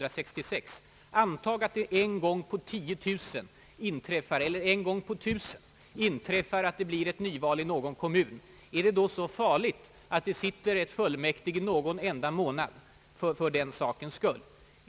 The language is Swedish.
är det då så farligt att för den sakens skull en fullmäktigförsamling sitter bara under någon enda månad?